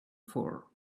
for